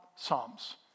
psalms